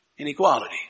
Inequality